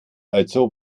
also